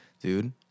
dude